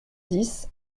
dix